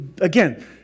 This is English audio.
again